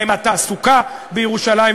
על התעסוקה בירושלים,